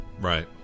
Right